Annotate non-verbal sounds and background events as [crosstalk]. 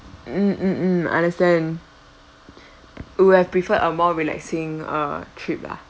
mm mm mm I understand [breath] would have preferred a more relaxing err trip lah